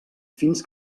fins